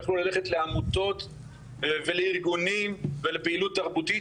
יכלו ללכת לעמותות ולארגונים ולפעילות תרבותית,